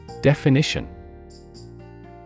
Definition